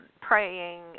praying